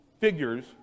figures